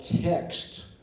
text